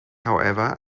however